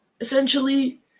essentially